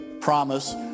promise